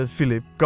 Philip